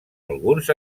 alguns